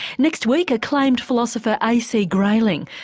next week acclaimed philosopher ac grayling,